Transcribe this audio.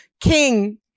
King